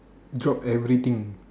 drop everything